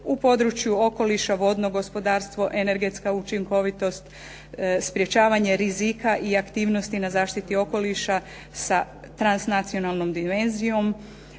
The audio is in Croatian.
u području okoliša, vodno gospodarstvo, energetska učinkovitost, sprječavanje rizika i aktivnosti na zaštiti okoliša sa transnacionalnom dimenzijom.